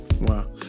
Wow